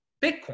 Bitcoin